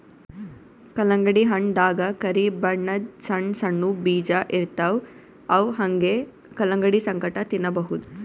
ಕಲ್ಲಂಗಡಿ ಹಣ್ಣ್ ದಾಗಾ ಕರಿ ಬಣ್ಣದ್ ಸಣ್ಣ್ ಸಣ್ಣು ಬೀಜ ಇರ್ತವ್ ಅವ್ ಹಂಗೆ ಕಲಂಗಡಿ ಸಂಗಟ ತಿನ್ನಬಹುದ್